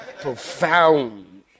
Profound